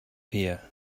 here